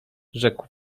rzekł